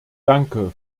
danke